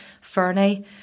Fernie